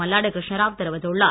மல்லாடி கிருஷ்ணராவ் தெரிவித்துள்ளார்